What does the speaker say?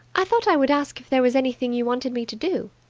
i thought i would ask if there was anything you wanted me to do.